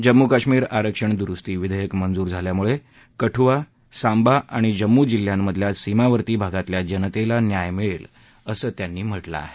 जम्मू कश्मीर आरक्षण दुरुस्ती विधेयक मंजूर झाल्यामुळे कठुआ सांबा आणि जम्मू जिल्ह्यांमधल्या सीमावर्ती भागातल्या जनतेला न्याय मिळेल असं त्यांनी म्हटलंय